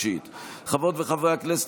חברות וחברי הכנסת,